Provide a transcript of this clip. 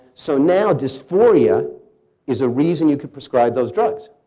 so now dysphoria is a reason you can prescribe those drugs.